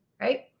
right